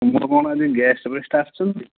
ତୁମର କ'ଣ ଆଜି ଗେଷ୍ଟ୍ ଫେଷ୍ଟ୍ ଆସୁଛନ୍ତି